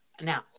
Now